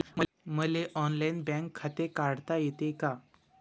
मले online bank खाते काढता येते का?